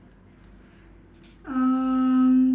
um